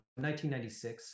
1996